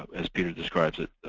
as peter describes it,